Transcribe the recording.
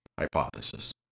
hypothesis